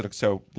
like so, you